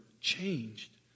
changed